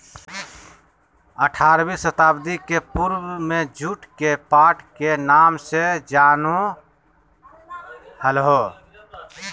आठारहवीं शताब्दी के पूर्व में जुट के पाट के नाम से जानो हल्हो